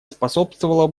способствовало